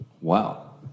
Wow